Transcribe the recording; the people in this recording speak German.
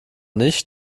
nicht